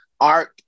art